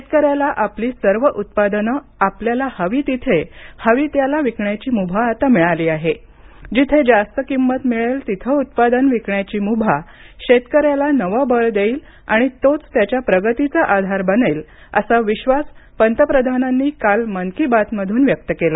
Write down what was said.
शेतकऱ्याला आपली सर्व उत्पादनं आपल्याला हवी तिथे हवी त्याला विकण्याची मुभा आता मिळाली आहे जिथे जास्त किंमत मिळेल तिथे उत्पादन विकण्याची मुभा शेतकऱ्याला नवं बळ देईल आणि तोच त्याच्या प्रगतीचा आधार बनेल असा विश्वास पंतप्रधानांनी व्यक्त काल मन की बात मधून व्यक्त केला